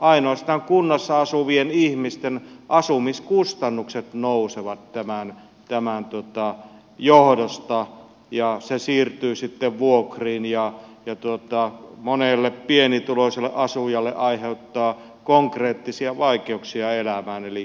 ainoastaan kunnassa asuvien ihmisten asumiskustannukset nousevat tämän johdosta ja se siirtyy sitten vuokriin ja monelle pienituloiselle asujalle aiheuttaa konkreettisia vaikeuksia elämään